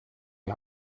die